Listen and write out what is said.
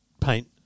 paint